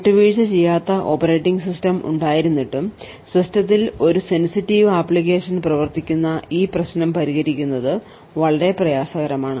വിട്ടുവീഴ്ച ചെയ്യാത്ത operating system ഉണ്ടായിരുന്നിട്ടും സിസ്റ്റത്തിൽ ഒരു സെൻസിറ്റീവ് ആപ്ലിക്കേഷൻ പ്രവർത്തിപ്പിക്കുന്ന ഈ പ്രശ്നം പരിഹരിക്കുന്നത് വളരെ പ്രയാസകരമാണ്